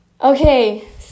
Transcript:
Okay